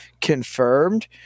confirmed